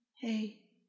hey